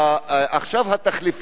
עכשיו התחליפים.